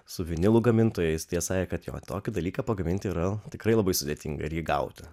su vinilų gamintojais tai jie sale kad jo tokį dalyką pagaminti yra tikrai labai sudėtinga ir jį gauti